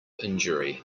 injury